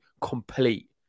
complete